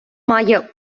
має